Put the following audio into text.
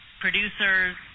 producers